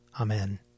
Amen